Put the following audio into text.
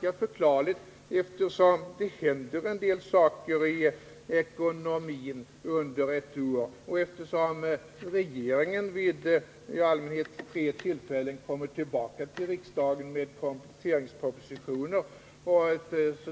Det är förklarligt, eftersom det händer en del saker i ekonomin under ett år och eftersom regeringen kommer tillbaka till riksdagen med kompletteringspropositioner vid i allmänhet tre